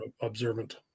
observant